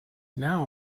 now